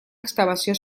excavació